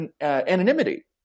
anonymity